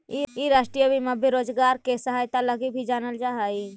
इ राष्ट्रीय बीमा बेरोजगार के सहायता लगी भी जानल जा हई